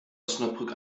osnabrück